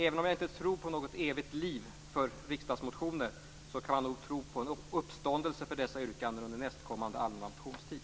Även om jag inte tror på ett evigt liv för riksdagsmotioner går det väl att tro på en uppståndelse för dessa yrkanden under nästkommande allmänna motionstid.